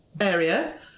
area